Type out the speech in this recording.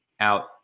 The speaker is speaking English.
out